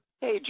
Hey